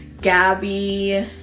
gabby